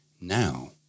Now